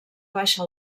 baixa